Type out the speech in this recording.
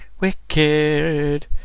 Wicked